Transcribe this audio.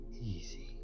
easy